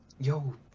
Yo